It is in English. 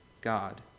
God